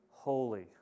holy